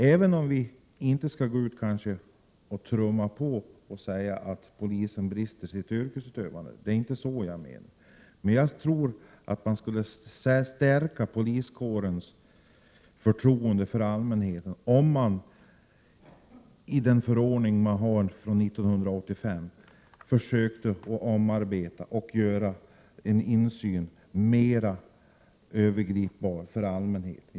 Även om jag inte vill påstå att polisen brister i sin yrkesutövning, tror jag att allmänhetens förtroende för poliskåren skulle förstärkas, om man omarbetade 1985 års förordning så, att allmänhetens möjligheter till insyn ökades.